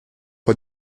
bei